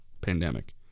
Pandemic